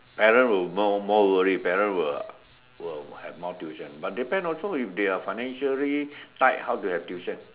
parent will more more worry parents will will have more tuition but depends also if they are financially tight how to have tuition